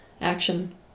action